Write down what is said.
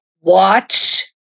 watch